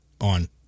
on